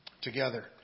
together